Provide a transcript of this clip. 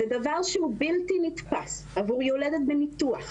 זה דבר שהוא בלתי נתפס עבור יולדת בניתוח,